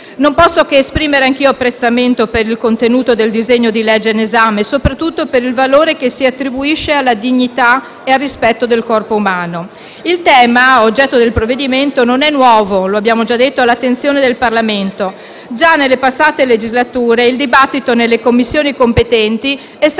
Non posso che esprimere anch'io apprezzamento per il contenuto del disegno di legge in esame, soprattutto per il valore che si attribuisce alla dignità e al rispetto del corpo umano. Il tema oggetto del provvedimento non è nuovo, come abbiamo detto, all'attenzione del Parlamento: già nelle passate legislature il dibattito nelle Commissioni competenti è stato